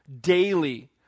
daily